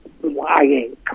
lying